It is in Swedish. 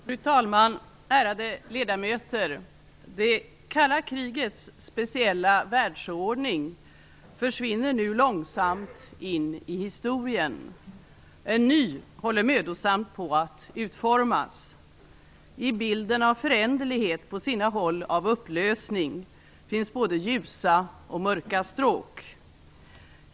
Fru talman! Ärade ledamöter! Det kalla krigets speciella världsordning försvinner nu långsamt in i historien. En ny håller mödosamt på att utformas. I bilden av föränderlighet -- på sina håll av upplösning -- finns både ljusa och mörka stråk.